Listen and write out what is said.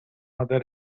mother